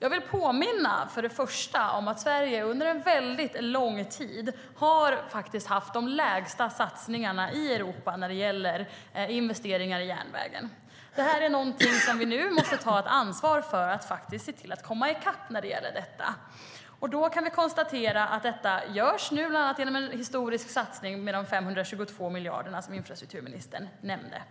Först och främst vill jag påminna om att Sverige under en lång tid har haft de lägsta satsningarna i Europa när det gäller investeringar i järnväg. Vi måste nu ta ett ansvar att komma i kapp i frågan. Då kan vi konstatera att det sker med en historisk satsning med de 522 miljarderna, som infrastrukturministern nämnde.